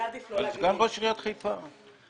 גם ראש עיריית חיפה.